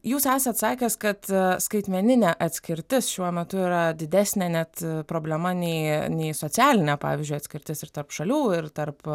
jūs esat sakęs kad skaitmeninė atskirtis šiuo metu yra didesnė net problema nei nei socialinė pavyzdžiui atskirtis ir tarp šalių ir tarp